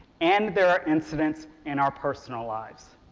and there are incidents in our personal lives.